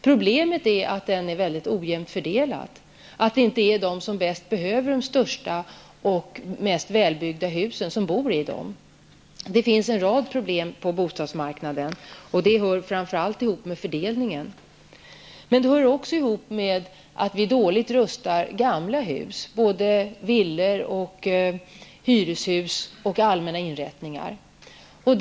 Problemet är att den är väldigt ojämnt fördelad, att det inte är de som bäst behöver de största och mest välbyggda husen som bor i dem. Det finns en rad problem på bostadsmarknaden. Det hör framför allt ihop med fördelningen. Men det hör också ihop med att vi rustar gamla hus dåligt -- villor, hyreshus och allmänna inrättningar.